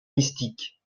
mystique